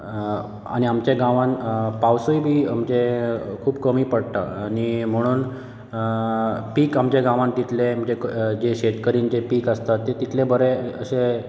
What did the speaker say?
आनी आमच्या गांवांत पावसूय बी म्हणजे खूब कमी पडटा म्हणून पीक आमच्या गांवांत तितलें जे शेतकरींचे पीक आसता ते तितलें बरें अशें